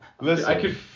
listen